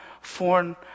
foreign